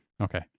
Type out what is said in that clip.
Okay